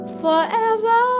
forever